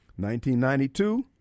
1992